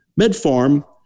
Medfarm